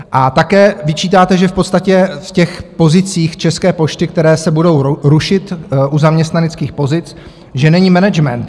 A také vyčítáte, že v podstatě v těch pozicích České pošty, které se budou rušit, u zaměstnaneckých pozic, že není management.